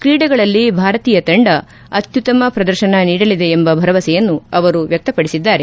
ಕ್ರೀಡೆಗಳಲ್ಲಿ ಭಾರತೀಯ ತಂಡ ಅತ್ಯುತ್ತಮ ಪ್ರದರ್ಶನ ನೀಡಲಿದೆ ಎಂಬ ಭರವಸೆಯನ್ನು ಅವರು ವ್ಯಕ್ತ ಪಡಿಸಿದ್ದಾರೆ